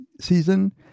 season